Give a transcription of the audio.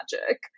magic